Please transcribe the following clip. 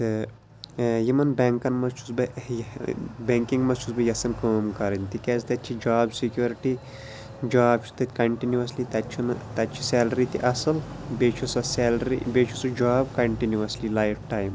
تہٕ یِمَن بٮ۪نٛکَن منٛز چھُس بہٕ بٮ۪نٛکِنٛگ منٛز چھُس بہٕ یژھان کٲم کَرٕنۍ تِکیٛازِ تَتہ چھِ جاب سِکیورٹی جاب چھِ تَتہِ کَنٹِنیوٗسلی تَتہِ چھُنہٕ تَتہِ چھِ سیلری تہِ اَصٕل بیٚیہِ چھِ سۄ سیلری بیٚیہِ چھُ سُہ جاب کَنٹِنیوٗسلی لایِف ٹایِم